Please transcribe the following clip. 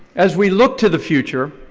as we look to the future,